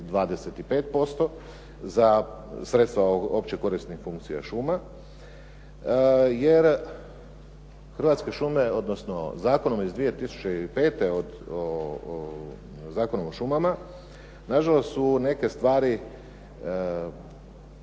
0,0525% za sredstva opće korisnih funkcija šuma, jer Hrvatske šume, odnosno zakonom iz 2005. Zakonom o šumama na žalost su neke stvari